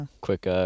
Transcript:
quick